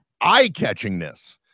eye-catchingness